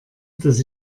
dass